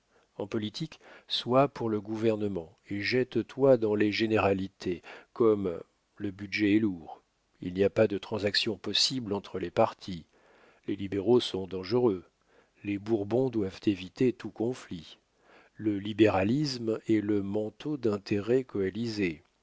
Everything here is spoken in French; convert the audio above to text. en politique sois pour le gouvernement et jette toi dans les généralités comme le budget est lourd il n'y a pas de transactions possibles entre les partis les libéraux sont dangereux les bourbons doivent éviter tout conflit le libéralisme est le manteau d'intérêts coalisés